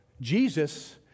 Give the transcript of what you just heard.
Jesus